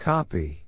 Copy